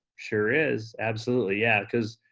sure is, absolutely yeah. cause,